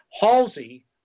Halsey